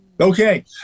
Okay